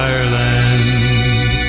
Ireland